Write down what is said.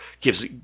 gives